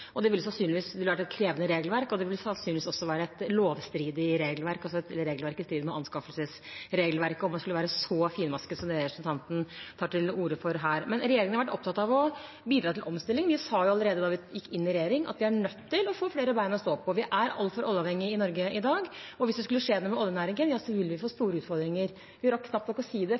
ville vært et krevende regelverk, og det ville sannsynligvis også være et lovstridig regelverk, altså et regelverk i strid med anskaffelsesregelverket, om man skulle være så finmasket som det representanten tar til orde for her. Men regjeringen har vært opptatt av å bidra til omstilling. Vi sa allerede da vi gikk inn i regjering, at vi er nødt til å få flere bein å stå på. Vi er altfor oljeavhengig i Norge i dag, og hvis det skulle skje noe med oljenæringen, vil vi få store utfordringer. Vi rakk knapt